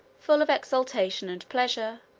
full of exultation and pleasure,